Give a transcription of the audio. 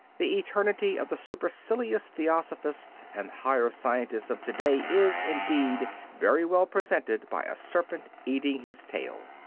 the eternity of the supercilious theosophists and higher scientists of to-day is, indeed, very well presented by a serpent eating his tail,